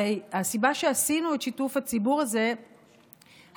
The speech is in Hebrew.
הרי הסיבה שעשינו את שיתוף הציבור הזה הייתה